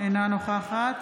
אינה נוכחת